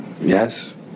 Yes